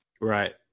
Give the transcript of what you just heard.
Right